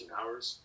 hours